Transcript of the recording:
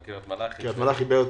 גם קריית מלאכי -- הם תכף יעלו בזום.